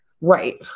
Right